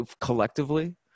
collectively